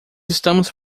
estamos